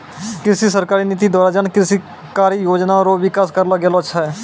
कृषि पर सरकारी नीति द्वारा जन कृषि कारी योजना रो विकास करलो गेलो छै